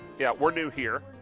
yeah we're new here.